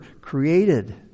created